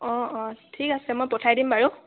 অঁ অঁ ঠিক আছে মই পঠাই দিম বাৰু